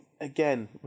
again